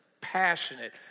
passionate